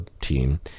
team